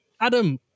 Adam